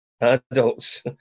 adults